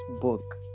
book